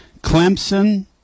Clemson